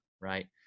right